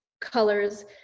colors